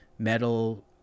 Metal